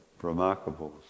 Remarkables